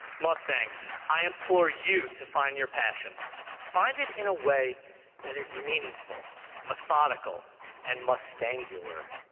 mustangs, i implore you to find your passion find it in a way that is meaningful methodical and mustangular